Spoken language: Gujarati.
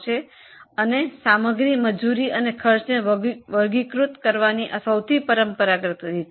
માલ સામાન મજુરી અને ખર્ચને વર્ગીકૃત કરવાની આ પરંપરાગત રીત છે